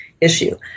issue